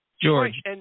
George